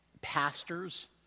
Pastors